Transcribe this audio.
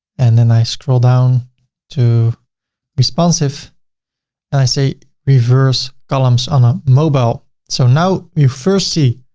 and then i scroll down to responsive and i say, reverse columns on a mobile. so now you first see